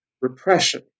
repression